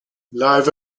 live